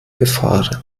gefahren